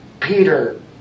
Peter